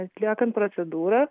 atliekant procedūrą